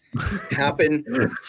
happen